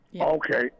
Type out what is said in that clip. Okay